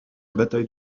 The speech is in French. bataille